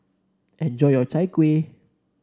enjoy your Chai Kuih